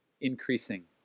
increasing